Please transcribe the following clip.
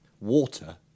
Water